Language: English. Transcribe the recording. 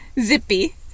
zippy